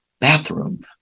bathroom